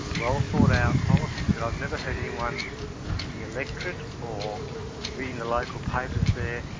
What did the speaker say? well thought out policies that i've never heard anyone in the electorate or reading the local papers there,